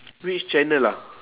which channel ah